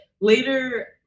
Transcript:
later